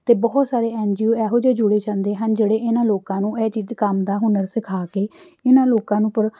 ਅਤੇ ਬਹੁਤ ਸਾਰੇ ਐਨਜੀਓ ਇਹੋ ਜਿਹੇ ਜੁੜੇ ਜਾਂਦੇ ਹਨ ਜਿਹੜੇ ਇਹਨਾਂ ਲੋਕਾਂ ਨੂੰ ਇਹ ਕੰਮ ਦਾ ਹੁਨਰ ਸਿਖਾ ਕੇ ਇਹਨਾਂ ਲੋਕਾਂ ਨੂੰ ਪਰ